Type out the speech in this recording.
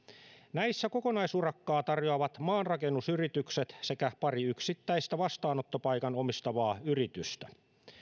näissä kokonaisurakkaa tarjoavat maanrakennusyritykset sekä pari yksittäistä vastaanottopaikan omistavaa yritystä